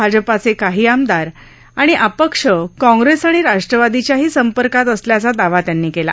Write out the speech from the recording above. भाजपाचे काही आमदार आणि अपक्ष काँग्रेस आणि राष्ट्रवादीच्याही संपर्कात असल्याचा दावा त्यांनी केला